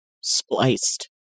spliced